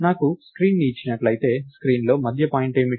నాకు స్క్రీన్ను ఇచ్చినట్లయితే స్క్రీన్లో మధ్య పాయింట్ ఏమిటి